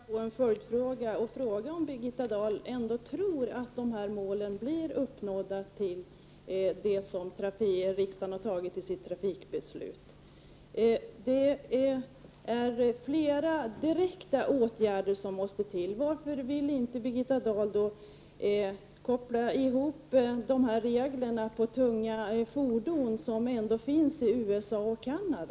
Herr talman! Jag vill ställa en följdfråga. Tror Birgitta Dahl att de här målen som riksdagen fastställt i de trafikpolitiska besluten blir uppnådda? Det måste till fler direkta åtgärder. Varför vill inte Birgitta Dahl införa de regler för tunga fordon som finns i USA och Canada?